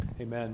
Amen